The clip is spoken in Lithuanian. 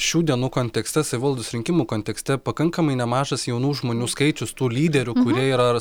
šių dienų kontekste savivaldos rinkimų kontekste pakankamai nemažas jaunų žmonių skaičius tų lyderių kurie yra